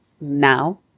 now